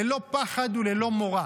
ללא פחד וללא מורא.